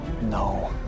No